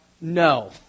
no